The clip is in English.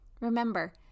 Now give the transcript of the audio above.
Remember